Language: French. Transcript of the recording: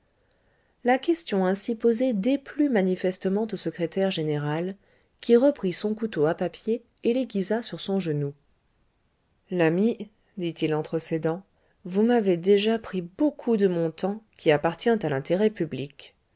la question ainsi posée déplut manifestement au secrétaire général qui reprit son couteau à papier et l'aiguisa sur son genou l'ami dit-il entre ses dents vous m'avez déjà pris beaucoup de mon temps qui appartient à l'intérêt public